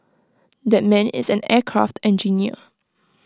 that man is an aircraft engineer